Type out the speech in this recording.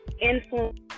influence